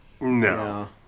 No